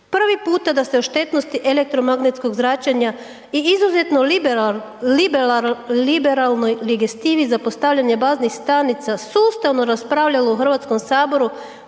prvi puta da se o štetnosti elektromagnetskog zračenja i izuzetno liberalnoj .../Govornik se ne razumije./... za postavljanje baznih stanica sustavno raspravljalo u Hrvatskom saboru,